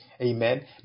Amen